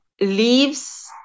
leaves